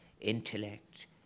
intellect